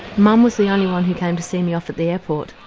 mum was the only one who came to see me off at the airport,